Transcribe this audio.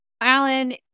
Alan